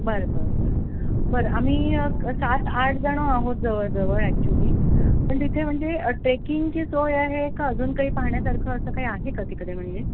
बरं बरं बरं बरं आम्ही सात आठ जणं आहोत जवळ जवळ ॲक्च्युली पण तिथे म्हणजे ट्रेकिंगची सोय आहे का अजून काही पाहण्यासारखं असं काही आहे का तिकडे म्हणजे